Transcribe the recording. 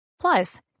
Plus